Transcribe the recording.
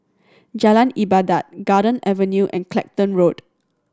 Jalan Ibadat Garden Avenue and Clacton Road